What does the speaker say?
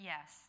Yes